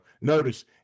Notice